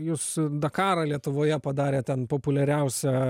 jūs dakarą lietuvoje padarėt ten populiariausia